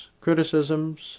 criticisms